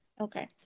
Okay